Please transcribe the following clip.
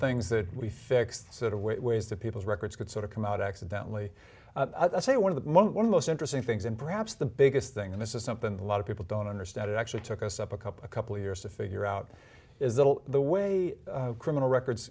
things that we fixed set of ways that people's records could sort of come out accidently say one of them on one of those interesting things and perhaps the biggest thing and this is something a lot of people don't understand it actually took us up a couple couple years to figure out is that all the way criminal records